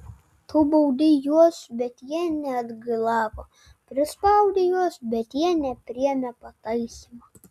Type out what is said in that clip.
tu baudei juos bet jie neatgailavo prispaudei juos bet jie nepriėmė pataisymo